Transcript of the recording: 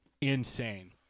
insane